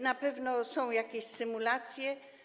Na pewno są jakieś symulacje.